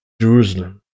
Jerusalem